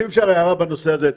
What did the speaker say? אם אפשר הערה בנושא הזה.